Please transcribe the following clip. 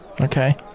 Okay